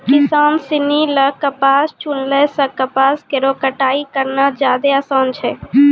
किसान सिनी ल कपास चुनला सें कपास केरो कटाई करना जादे आसान छै